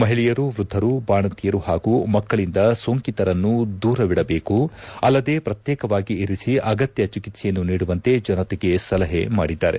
ಮಹಿಳೆಯರು ವ್ಯದ್ದರು ಬಾಣಂತಿಯರು ಹಾಗೂ ಮಕ್ಕಳಿಂದ ಸೋಂಕಿತರನ್ನು ದೂರವಿಡಬೇಕು ಅಲ್ಲದೆ ಪ್ರಕ್ಶೇಕವಾಗಿ ಇರಿಸಿ ಅಗತ್ಯ ಚಿಕಿತ್ಸೆಯನ್ನು ನೀಡುವಂತೆ ಜನತೆಗೆ ಸಲಹೆ ಮಾಡಿದ್ದಾರೆ